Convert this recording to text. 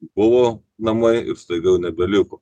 buvo namai ir staiga jų nebeliko